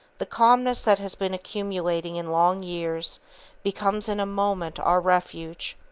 the calmness that has been accumulating in long years becomes in a moment our refuge,